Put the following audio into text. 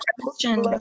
question